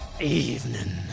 Evening